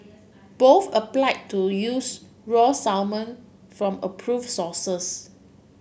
both applied to use raw salmon from approved sources